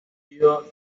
sido